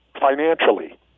financially